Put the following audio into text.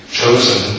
chosen